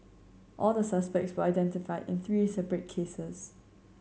all the suspects were identified in three separate cases